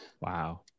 Wow